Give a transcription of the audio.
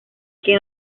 que